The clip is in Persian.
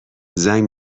زنگ